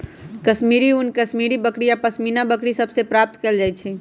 कश्मीरी ऊन कश्मीरी बकरि आऽ पशमीना बकरि सभ से प्राप्त कएल जाइ छइ